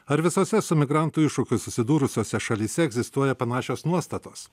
ar visose su migrantų iššūkiu susidūrusiose šalyse egzistuoja panašios nuostatos